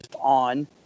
on